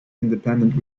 independent